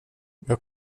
jag